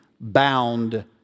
bound